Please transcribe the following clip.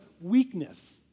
weakness